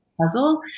puzzle